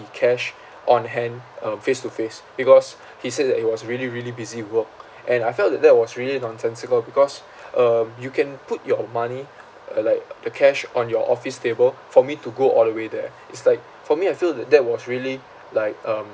the cash on hand um face to face because he said that he was really really busy with work and I felt that that was really nonsensical because um you can put your money uh like the cash on your office table for me to go all the way there it's like for me I feel th~ that was really like um